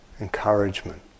encouragement